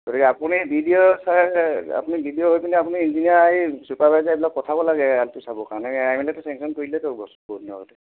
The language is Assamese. গতিকে আপুনি বিডিঅ' ছাৰ আপুনি বিডিঅ' হৈ পিনে আপুনি ইঞ্জিনিয়াৰ এই চুপাৰভাইজাৰ এইবিলাক পঠাব লাগে আলিটো চাবৰ কাৰণে ইয়াৰ এমএলএটো চেংচন কৰি দিলেতো বস্তুটো বহুত দিন আগতে